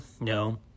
No